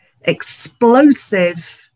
explosive